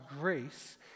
grace